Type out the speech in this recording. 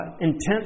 intense